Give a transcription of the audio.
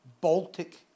Baltic